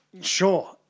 sure